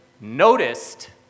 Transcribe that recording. noticed